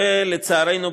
לצערנו,